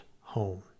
home